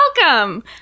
welcome